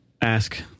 ask